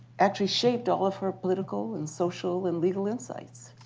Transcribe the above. actually shaped all of her political and social and legal insights.